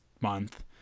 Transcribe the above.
month